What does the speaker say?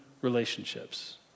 relationships